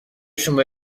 شما